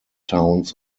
towns